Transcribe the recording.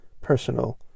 personal